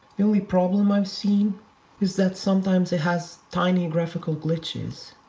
the only problem i've seen is that sometimes it has tiny graphical glitches.